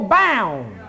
bound